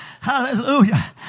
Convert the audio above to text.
Hallelujah